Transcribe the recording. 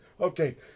okay